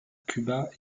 cuba